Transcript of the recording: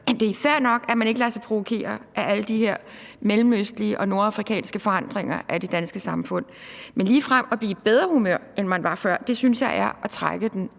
Det er fair nok, at man ikke lader sig provokere af alle de her mellemøstlige og nordafrikanske forandringer af det danske samfund, men ligefrem at blive i bedre humør, end man var før, synes jeg er at trække den alt